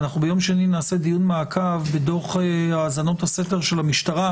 ביום שני נעשה דיון מעקב בדוח האזנות הסתר של המשטרה,